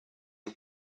you